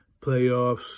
playoffs